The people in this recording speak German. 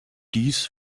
dies